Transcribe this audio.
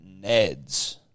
Neds